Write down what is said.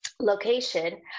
location